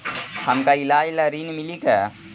हमका ईलाज ला ऋण मिली का?